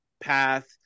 path